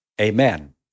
amen